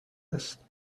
است